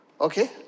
Okay